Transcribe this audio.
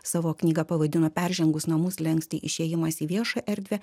savo knygą pavadino peržengus namų slenkstį išėjimas į viešą erdvę